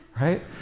right